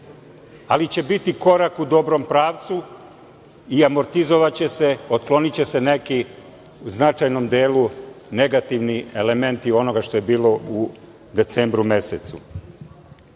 ali će biti korak u dobrom pravcu i amortizovaće se, otkloniće se neki u značajnom delu negativni elementi onoga što je bilo u decembru mesecu. Ono